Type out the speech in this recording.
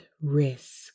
risk